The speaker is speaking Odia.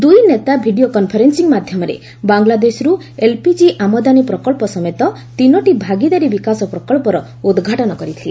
ଦୂଇ ନେତା ଭିଡ଼ିଓ କନ୍ଫରେନ୍ସିଂ ମାଧ୍ୟମରେ ବାଂଲାଦେଶରୁ ଏଲ୍ପିଜି ଆମଦାନୀ ପ୍ରକଳ୍ପ ସମେତ ତିନୋଟି ଭାଗିଦାରୀ ବିକାଶ ପ୍ରକଳ୍ପର ଉଦ୍ଘାଟନ କରିଥିଲେ